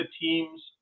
teams